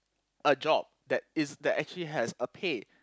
a job that is that actually has a pay